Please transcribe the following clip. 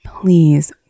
Please